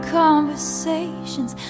conversations